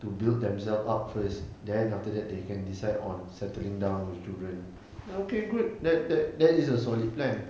to build themselves up first then after that they can decide on settling down with children okay good that that that is a solid plan